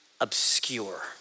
Obscure